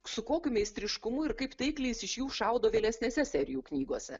su kokiu meistriškumu ir kaip taikliai iš jų šaudo vėlesnėse serijų knygose